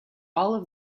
all